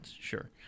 sure